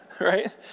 right